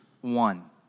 one